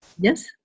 Yes